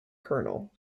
col